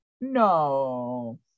no